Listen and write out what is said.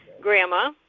grandma